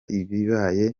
ibibaye